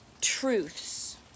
truths